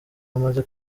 amaze